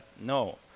No